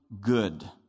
good